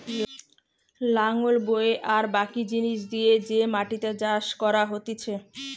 লাঙল বয়ে আর বাকি জিনিস দিয়ে যে মাটিতে চাষ করা হতিছে